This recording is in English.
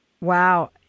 Wow